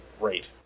rate